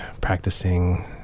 practicing